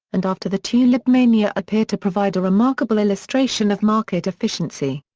and after the tulipmania appear to provide a remarkable illustration of market efficiency.